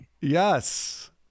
Yes